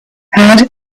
had